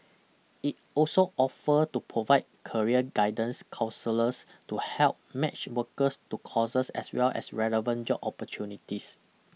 it also offered to provide career guidance counsellors to help match workers to courses as well as relevant job opportunities